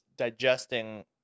digesting